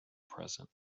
present